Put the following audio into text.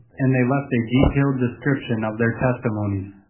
and they left a detailed description of their testimonies,